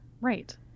Right